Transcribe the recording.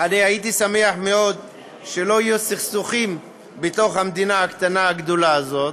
הייתי שמח מאוד שלא יהיו סכסוכים בתוך המדינה הקטנה-גדולה הזאת,